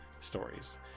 stories